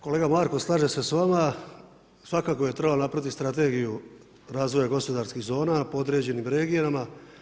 Kolega Marko, slažem se s vama, svakako je trebalo napraviti strategiju razvoja gospodarskih zona po određenim regijama.